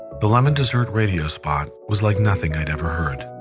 the lemon dessert radio spot was like nothing i'd ever heard.